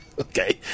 Okay